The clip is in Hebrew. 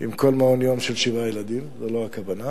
עם כל מעון-יום של שבעה ילדים, זה לא הכוונה,